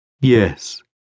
Yes